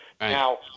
Now